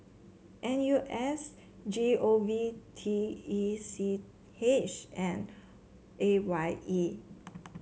N U S G O V T E C H and A Y E